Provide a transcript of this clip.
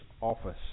office